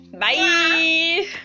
bye